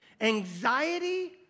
Anxiety